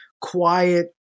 quiet